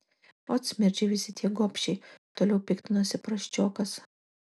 ot smirdžiai visi tie gobšiai toliau piktinosi prasčiokas